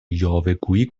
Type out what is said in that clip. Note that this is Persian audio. یاوهگویی